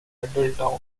middletown